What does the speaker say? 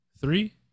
three